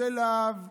אם זה לה"ב,